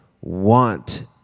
want